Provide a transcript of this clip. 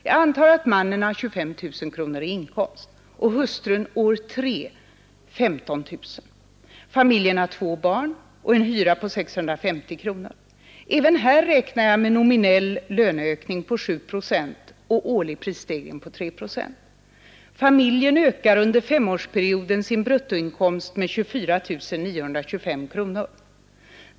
Jag antar att mannen har 25 000 kronor i inkomst och hustrun år 3 15 000. Familjen har två barn och en hyra på 650 kronor. Även här räknar jag med nominell löneökning på 7 procent och årlig prisstegring på 3 procent. Familjen ökar under femårsperioden sin bruttoinkomst med 24 925 kronor.